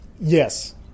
Yes